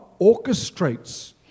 orchestrates